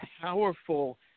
powerful